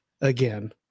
Again